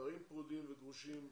גברים פרודים וגרושים,